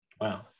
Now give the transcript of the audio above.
Wow